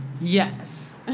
Yes